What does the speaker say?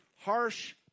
harsh